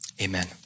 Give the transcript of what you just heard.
Amen